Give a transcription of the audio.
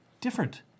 different